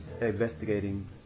investigating